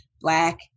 Black